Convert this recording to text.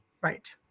Right